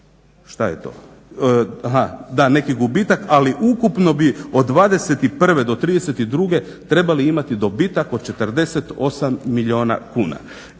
što je to, aha da neki gubitak, ali ukupno bi od '21. do '32. trebali imati dobitak od 48 milijuna kuna.